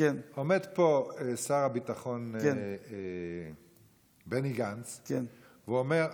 ועומד פה שר הביטחון בני גנץ ואומר: